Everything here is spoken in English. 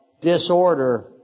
disorder